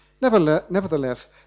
Nevertheless